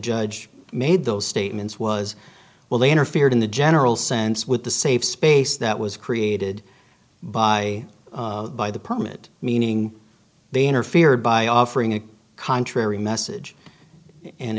judge made those statements was well they interfered in the general sense with the safe space that was created by by the permit meaning they interfered by offering a contrary message and